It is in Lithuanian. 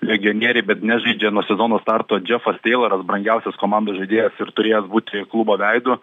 legionieriai bet nežaidžia nuo sezono starto džefas teiloras brangiausias komandos žaidėjas ir turėjęs būti klubo veidu